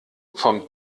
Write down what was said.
vom